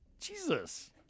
Jesus